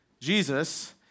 Jesus